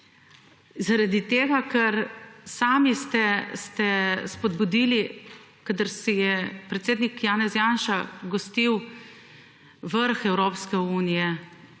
zardi tega, ker sami ste spodbudili, kadar si je predsednik Janez Janša gostil vrh Evropske unije